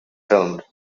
filmed